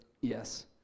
Yes